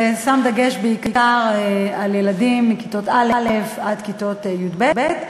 זה שם דגש בעיקר על ילדים מכיתות א' עד י"ב.